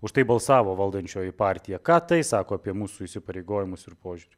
už tai balsavo valdančioji partija ką tai sako apie mūsų įsipareigojimus ir požiūrį